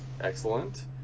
Excellent